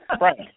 Right